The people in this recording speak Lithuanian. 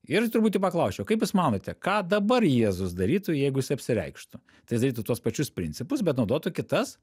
ir truputį paklausčiau kaip jūs manote ką dabar jėzus darytų jeigu jis apsireikštų tai darytų tuos pačius principus bet naudotų kitas